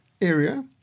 area